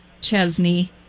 Chesney